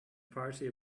party